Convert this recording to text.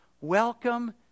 Welcome